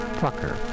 pucker